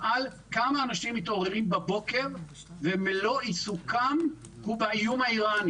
שאל כמה אנשים מתעוררים בבוקר ומלוא עיסוקם הוא באיום האיראני